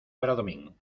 bradomín